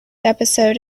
episode